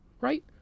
right